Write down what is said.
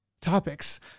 topics